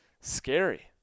scary